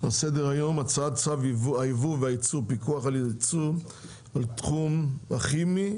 על סדר היום: הצעת צו הייבוא והייצוא (פיקוח על ייצוא על תחום הכימי,